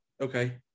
okay